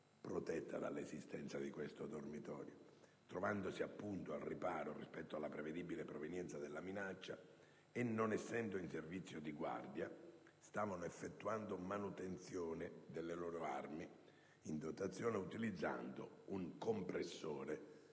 protetta dalla presenza di questo dormitorio). Trovandosi al riparo rispetto alla prevedibile provenienza della minaccia, e non essendo in servizio di guardia, stavano effettuando la manutenzione delle loro armi in dotazione, mediante l'utilizzo del compressore